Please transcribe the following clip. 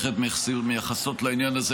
בהחלט מייחסות לעניין הזה,